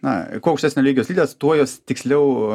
na kuo aukštesnio lygio slidės tuo jos tiksliau